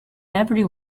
every